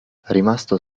rimasto